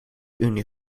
unie